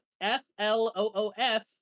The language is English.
F-L-O-O-F